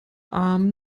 arm